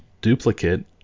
duplicate